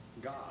God